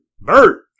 Bert